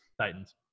Titans